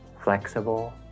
flexible